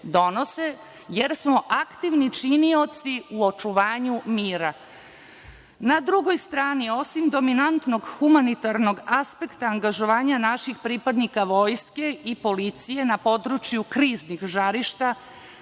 jer smo aktivni činioci u očuvanju mira. Na drugoj strani, osim dominantnog humanitarnog aspekta angažovanja naših pripadnika vojske i policije na području kriznih žarišta